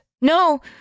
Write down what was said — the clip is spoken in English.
No